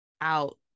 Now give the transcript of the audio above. out